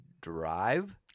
Drive